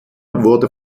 wurde